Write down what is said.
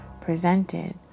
presented